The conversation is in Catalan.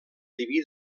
diví